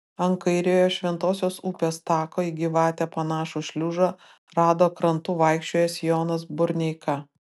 ant kairiojo šventosios upės tako į gyvatę panašų šliužą rado krantu vaikščiojęs jonas burneika